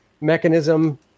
mechanism